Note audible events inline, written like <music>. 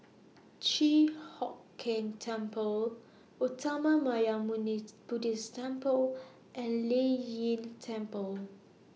Chi Hock Keng Temple <unintelligible> Buddhist Temple and Lei Yin Temple